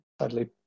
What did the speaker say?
Sadly